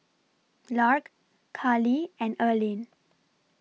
Lark Carlie and Erline